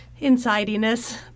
insidiness